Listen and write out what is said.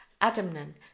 Adamnan